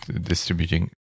distributing